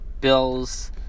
Bills